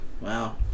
Wow